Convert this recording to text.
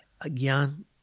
again